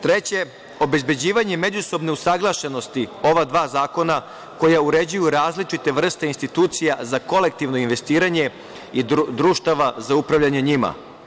Treće, obezbeđivanje međusobne usaglašenosti ova dva zakona koja uređuju različite vrste institucija za kolektivno investiranje društava za upravljanje njima.